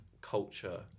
culture